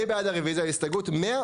מי בעד רביזיה להסתייגות מספר 110?